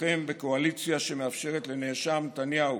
השתתפותכם בקואליציה שמאפשרת לנאשם נתניהו